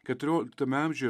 keturioliktame amžiuje